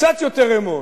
קצת יותר אמון.